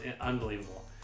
unbelievable